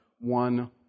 one